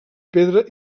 pedra